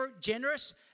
generous